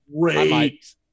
great